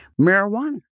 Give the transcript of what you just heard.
marijuana